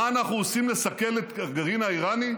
אנחנו עושים לסכל את הגרעין האיראני?